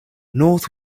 north